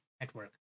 network